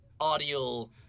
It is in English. audio